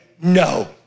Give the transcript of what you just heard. no